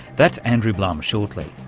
that's andrew blum shortly.